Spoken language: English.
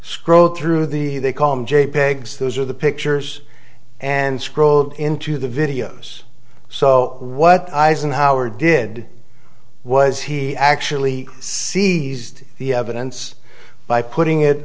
scroll through the they call him j pegs those are the pictures and scrolled into the videos so what eisenhower did was he actually see the evidence by putting it